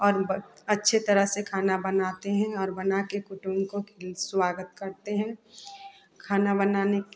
और अच्छी तरह से खाना बनाते हैं और बनाकर कुटुंब को स्वागत करते हैं खाना बनाने